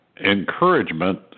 encouragement